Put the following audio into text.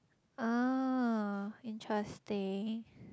ah interesting